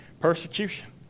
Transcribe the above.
persecution